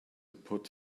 put